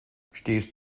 stehst